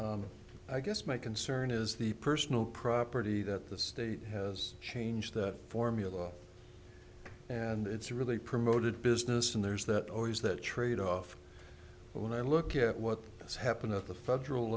i guess my concern is the personal property that the state has changed that formula and it's really promoted business and there's that always that trade off when i look at what has happened at the federal